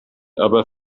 aber